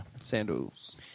Sandals